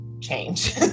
change